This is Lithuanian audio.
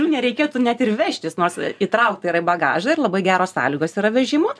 nereikėtų net ir vežtis nors įtraukta į bagažą ir labai geros sąlygos yra vežimo